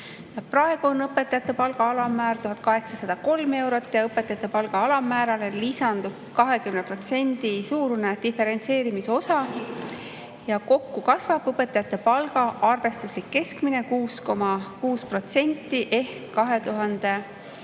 Praegu on õpetajate palga alammäär 1803 eurot ja õpetajate palga alammäärale lisandub 20% suurune diferentseerimise osa. Kokku kasvab õpetajate palga arvestuslik keskmine 6,6% ehk 2184